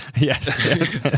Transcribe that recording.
Yes